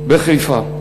בחיפה.